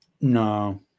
No